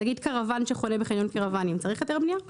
למשל קרוואן שחונה בחניון קרוואנים צריך היתר בנייה?